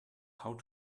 how